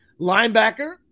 linebacker